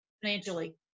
financially